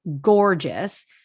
gorgeous